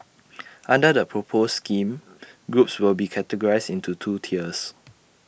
under the proposed scheme groups will be categorised into two tiers